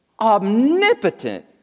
omnipotent